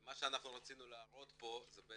מה שרצינו להראות פה זה את